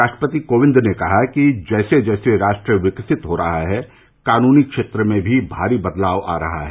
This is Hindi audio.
राष्ट्रपति कोविंद ने कहा कि जैसे जैसे राष्ट्र विकसित हो रहा है कानूनी क्षेत्र में भी भारी बदलाव आ रहा है